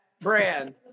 brand